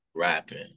rapping